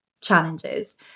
challenges